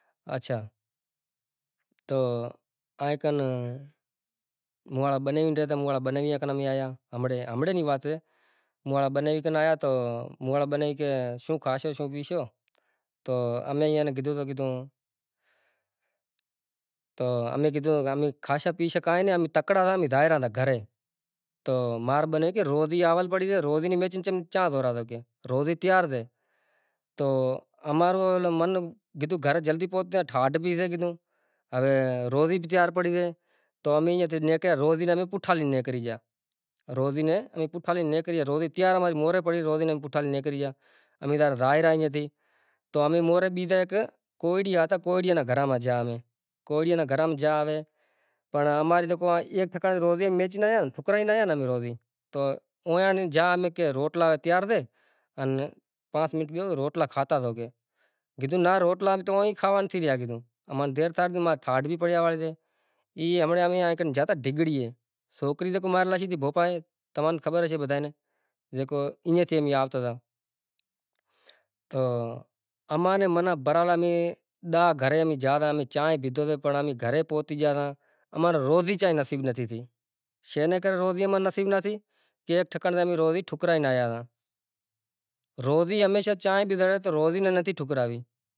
پہری جکو زمانو ہتو اے ماں مطلب موبائیل وغیرہ ٹی وی وغیرہ اے سی وغیرہ نتھیوں تو پہری زماناں رے مانڑاں ناں مطلب کو مانڑو مری زاتو، کو شادی مرادی ہتی مطلب مانڑاں نیں کہوا ہاروں پڑتو، ہوے جکو موبائیل سے، جیکو واٹس اپ تھے گیو واٹس ماتھے بولنڑو یا فون کری ناکھوں کہ بھائی فلانڑو گزاری گیو اے یا فلانڑے رے مرنڑے ماتھے آنونڑو اے، پہریں زماناں میں جوکو مانڑانں مطلب پہریں زماناں میں مانڑاں بیزی پہریں زماناں میں مطلب گاڈیوں وغیرہ ناں ہتیوں مطلب انڈیا وغیرا میں زانوڑو ہتو تو اونٹ وغیرہ تھئی گیو مطلب مانڑاں جکو زاوتا